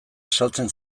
saltzen